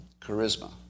charisma